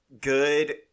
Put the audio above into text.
good